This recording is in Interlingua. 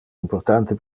importante